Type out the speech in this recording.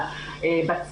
--- אני מכיר את זה.